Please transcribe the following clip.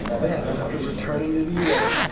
then after returning to the us,